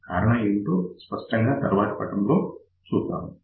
కారణం ఏమిటో స్పష్టంగా తరువాతి స్లైడ్ లో చూడవచ్చు